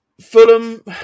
Fulham